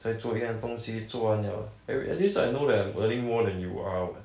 再做一样东西做完了 at least I know that I'm earning more than you are what